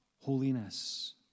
holiness